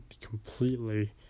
completely